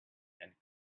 and